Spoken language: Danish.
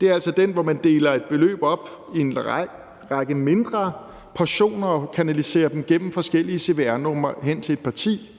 Det er altså den, hvor man deler et beløb op i en lang række mindre portioner og kanaliserer dem gennem forskellige cvr-numre hen til et parti